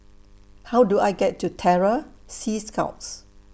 How Do I get to Terror Sea Scouts